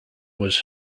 was